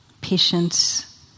patience